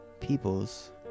peoples